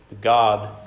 God